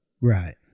Right